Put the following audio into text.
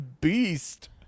beast